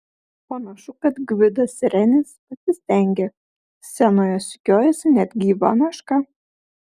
panašu kad gvidas renis pasistengė scenoje sukiojasi net gyva meška